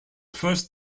first